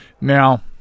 Now